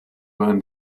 and